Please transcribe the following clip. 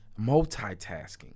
multitasking